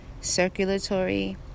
circulatory